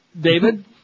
David